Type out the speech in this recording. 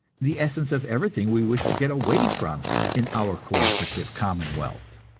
the essence of everything we wish to get away from in our co-operative commonwealth.